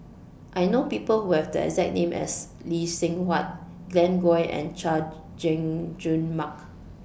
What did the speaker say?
I know People Who Have The exact name as Lee Seng Huat Glen Goei and Chay Jung Jun Mark